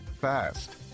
fast